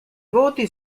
voti